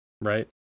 Right